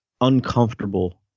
uncomfortable